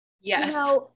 Yes